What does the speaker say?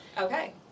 okay